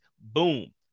Boom